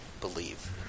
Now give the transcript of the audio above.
believe